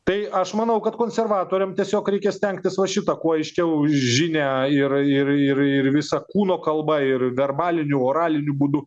tai aš manau kad konservatoriam tiesiog reikia stengtis va šitą kuo aiškiau žinią ir ir ir ir visa kūno kalba ir verbaliniu oraliniu būdu